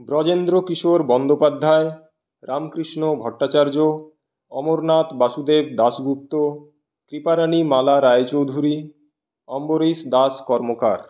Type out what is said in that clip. Brajendra Kishore Bandopadhyay Ramkrishna Bhattacharya Amarnath Basudev Dasgupta Kriparani Mala Raychaudhuri Ambarish Das Karmakar